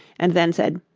and then said,